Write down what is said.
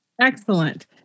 Excellent